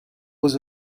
was